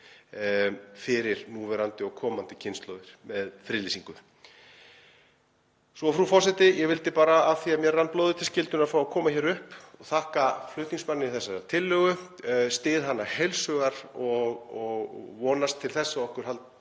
fyrir núverandi og komandi kynslóðir með friðlýsingu. Frú forseti. Ég vildi bara, af því að mér rann blóðið til skyldunnar, að fá að koma hingað upp og þakka flutningsmanni þessarar tillögu. Ég styð hana heilshugar og vonast til þess að okkur takist